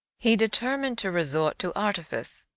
he determined to resort to artifice.